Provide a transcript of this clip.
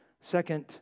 Second